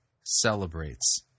celebrates